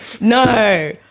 no